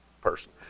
person